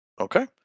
Okay